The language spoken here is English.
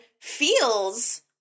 feels